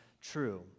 True